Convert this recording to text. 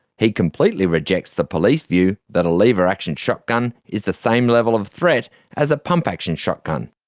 he completely rejects the police view that a lever-action shotgun is the same level of threat as a pump-action shotgun.